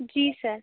जी sir